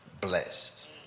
blessed